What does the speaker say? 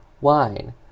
wine